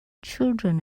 children